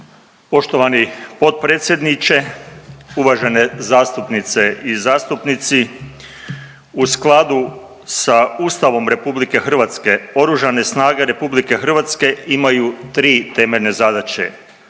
Poštovani potpredsjedniče, uvažene zastupnice i zastupnici u skladu sa Ustavom RH, oružane snage RH imaju tri temeljne zadaće.